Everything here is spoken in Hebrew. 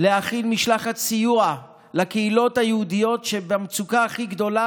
להכין משלחת סיוע לקהילות היהודיות שבמצוקה הכי גדולה,